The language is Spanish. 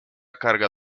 carga